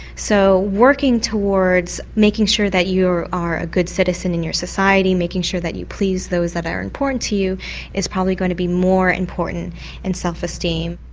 so working towards making sure that you are are a good citizen in your society, making sure that you please those that are important to you is probably going to be more important in self-esteem.